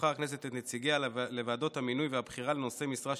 הכנסת תבחר את נציגיה לוועדות המינוי והבחירה לנושאי משרה שיפוטית,